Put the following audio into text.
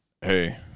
Hey